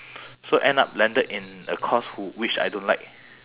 so end up landed in a course who which I don't like